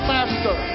Master